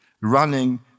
running